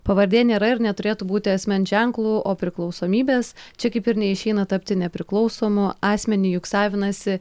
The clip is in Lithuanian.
pavardė nėra ir neturėtų būti asmens ženklu o priklausomybės čia kaip ir neišeina tapti nepriklausomu asmenį juk savinasi